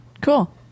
Cool